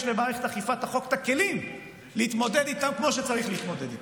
למערכת אכיפת החוק את הכלים להתמודד איתם כמו שצריך להתמודד איתם.